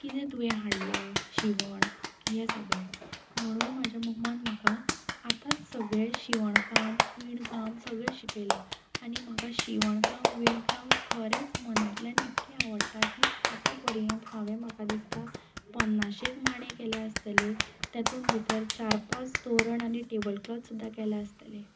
कितें तुवें हाडलां शिंवण हें सगळें म्हणून म्हाज्या मम्मान म्हाका आतांच सगळें शिंवण काम विण काम सगळें शिकयलां आनी म्हाका शिंवण काम विण काम खरेंच मनांतल्यान इतकें आवडटा की आतां पर्येंत हांवें म्हाका दिसता पन्नाशेक मांडे केल्या आसतले तेतूंत भितर चार पांच तोरण आनी टेबल क्लॉथ सुद्दां केल्या आसतले